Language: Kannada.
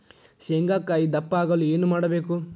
ಶೇಂಗಾಕಾಯಿ ದಪ್ಪ ಆಗಲು ಏನು ಮಾಡಬೇಕು?